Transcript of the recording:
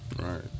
Right